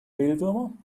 mehlwürmer